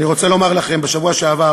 אני רוצה לומר לכם, בשבוע שעבר